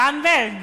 זנדברג,